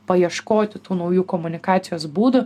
paieškoti tų naujų komunikacijos būdų